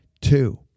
two